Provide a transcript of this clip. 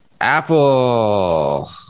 Apple